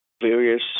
various